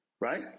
right